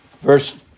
Verse